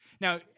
Now